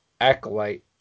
Acolyte